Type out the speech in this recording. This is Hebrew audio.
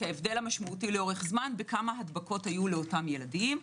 ההבדל המשמעותי לאורך זמן וכמה הדבקות היו לאותם ילדים.